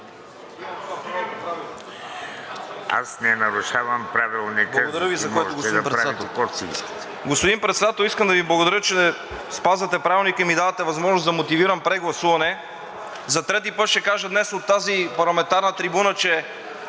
Аз не нарушавам Правилника,